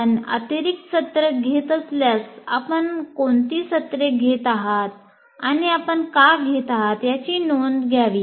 आपण अतिरिक्त सत्र घेत असल्यास आपण कोणती सत्रे घेत आहात आणि आपण का घेत आहात याची नोंद घ्यावी